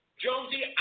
Jonesy